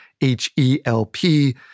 H-E-L-P